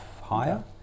higher